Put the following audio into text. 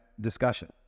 discussion